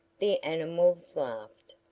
the animals laughed,